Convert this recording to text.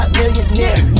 millionaire